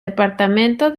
departamento